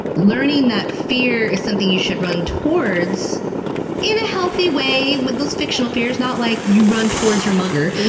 learning that fear is something you should run towards in a healthy way with those fictional fears not like you run towards your mugger.